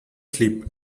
sleep